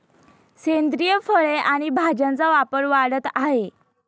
सेंद्रिय फळे आणि भाज्यांचा व्यापार वाढत आहे